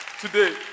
today